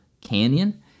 canyon